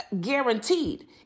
guaranteed